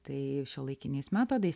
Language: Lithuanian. tai šiuolaikiniais metodais